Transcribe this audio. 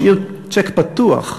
משאיר צ'ק פתוח.